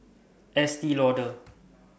Estee Lauder